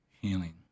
healing